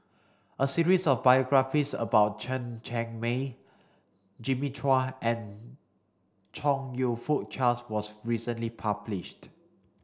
a series of biographies about Chen Cheng Mei Jimmy Chua and Chong You Fook Charles was recently published